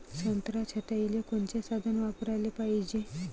संत्रा छटाईले कोनचे साधन वापराले पाहिजे?